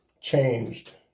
changed